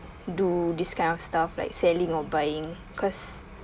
do discount stuff like selling or buying cause